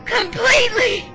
Completely